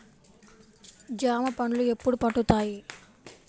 జామ పండ్లు ఎప్పుడు పండుతాయి?